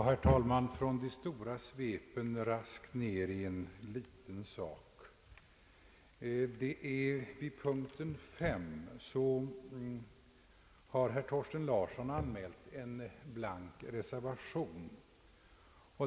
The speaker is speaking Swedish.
Herr talman! Från de stora svepen raskt ned i en liten sak. Vid punkten 53 har herr Thorsten Larsson anmält en blank reservation.